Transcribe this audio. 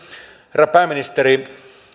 herra pääministeri